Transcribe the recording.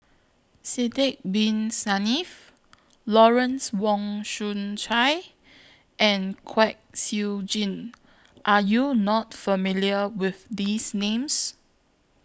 Sidek Bin Saniff Lawrence Wong Shyun Tsai and Kwek Siew Jin Are YOU not familiar with These Names